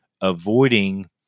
avoiding